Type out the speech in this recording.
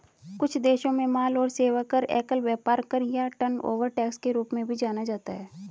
कुछ देशों में माल और सेवा कर, एकल व्यापार कर या टर्नओवर टैक्स के रूप में भी जाना जाता है